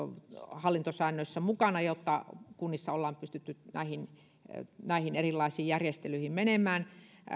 hallintosäännöissä mukana jotta kunnissa ollaan pystytty näihin näihin erilaisiin järjestelyihin menemään